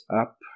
up